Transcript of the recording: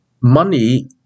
Money